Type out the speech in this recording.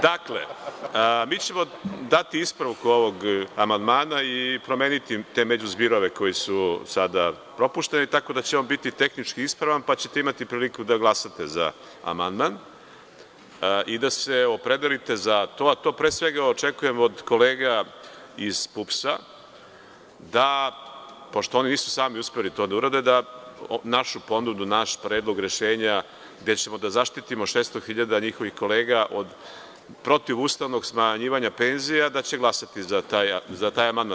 Dakle, mi ćemo dati ispravku ovog amandmana i promeniti te međuzbirove koji su sada propušteni, tako da će on biti tehnički ispravan, pa ćete imati prilike da glasate za amandman i da se opredelite za to, a to pre svega očekujem od kolega iz PUPS, pošto oni nisu sami uspeli to da urade, da našu ponudu, naš predlog rešenja, gde ćemo da zaštitimo 600 hiljada njihovih kolega od protivustavnog smanjivanja penzija, da će glasati za taj amandman.